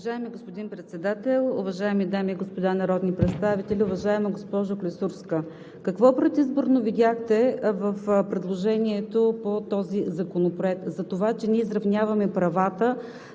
Уважаеми господин Председател, уважаеми дами и господа народни представители! Уважаема госпожо Клисурска, какво предизборно видяхте в предложението по този законопроект? Затова, че ние изравняваме правата